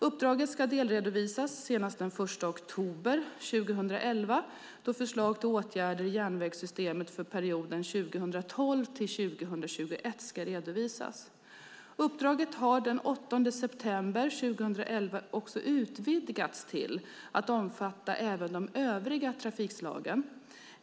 Uppdraget ska delredovisas senast den 1 oktober 2011, då förslag till åtgärder i järnvägssystemet för perioden 2012-2021 ska redovisas. Uppdraget har den 8 september 2011 utvidgats till att omfatta även de övriga trafikslagen.